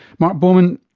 mark bowman,